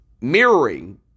mirroring